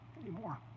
anymore